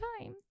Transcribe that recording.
time